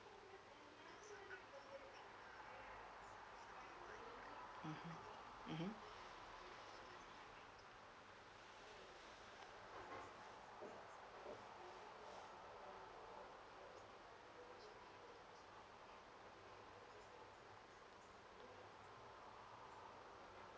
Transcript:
mm mmhmm